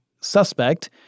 suspect